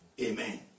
Amen